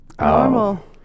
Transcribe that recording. normal